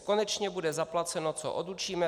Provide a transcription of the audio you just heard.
Konečně bude zaplaceno, co odučíme.